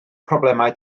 problemau